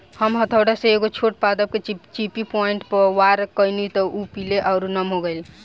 हम हथौड़ा से एगो छोट पादप के चिपचिपी पॉइंट पर वार कैनी त उ पीले आउर नम हो गईल